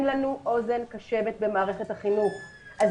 "..אין לנו אוזן קשבת במערכת החינוך..",